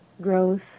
growth